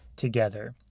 together